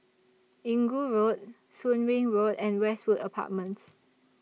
Inggu Road Soon Wing Road and Westwood Apartments